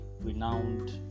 renowned